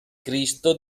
cristo